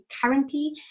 currently